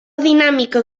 dinàmica